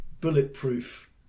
bulletproof